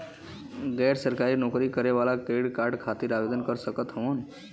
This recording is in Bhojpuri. गैर सरकारी नौकरी करें वाला क्रेडिट कार्ड खातिर आवेदन कर सकत हवन?